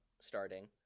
starting